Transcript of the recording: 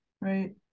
right